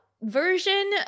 version